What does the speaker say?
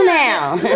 now